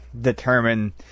determine